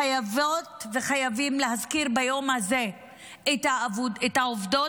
חייבות וחייבים להזכיר ביום הזה את העובדות